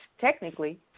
technically